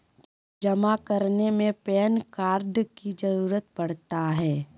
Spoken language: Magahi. जमा करने में पैन कार्ड की जरूरत पड़ता है?